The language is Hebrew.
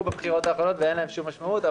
בבחירות האחרונות ואין להם שום משמעות.